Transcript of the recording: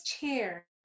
chair